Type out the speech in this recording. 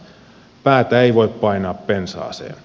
päätä ei voi painaa pensaaseen